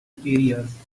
areas